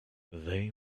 they